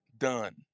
done